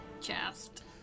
chest